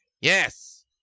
Yes